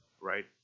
right